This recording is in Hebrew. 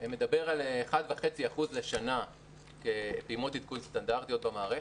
מדברות על 1.5% לשנה כפעימות עדכון סטנדרטיות במערכת.